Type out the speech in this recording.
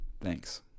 Thanks